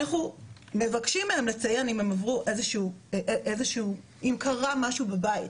אנחנו מבקשים מהם לציין אם קרה משהו בבית,